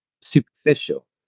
superficial